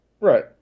right